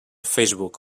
facebook